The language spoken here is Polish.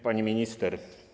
Pani Minister!